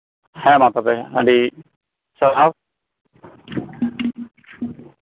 ᱦᱮᱸ ᱢᱟ ᱛᱚᱵᱮ ᱟᱹᱰᱤ ᱥᱟᱨᱦᱟᱣ